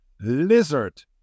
lizard